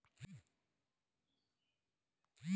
Debit card का होला कैसे मिलेला?